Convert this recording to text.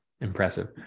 impressive